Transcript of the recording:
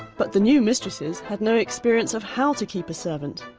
but the new mistresses had no experience of how to keep a servant,